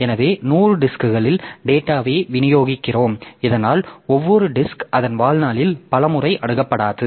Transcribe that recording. எனவே 100 டிஸ்க்களில் டேட்டாவை விநியோகிக்கிறோம் இதனால் ஒவ்வொரு டிஸ்க் அதன் வாழ்நாளில் பல முறை அணுகப்படாது